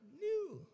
new